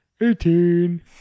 Eighteen